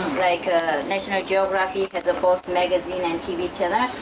like, ah national geographic has a both magazine and tv channel,